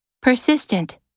Persistent